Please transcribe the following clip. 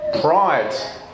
Pride